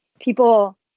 people